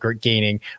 gaining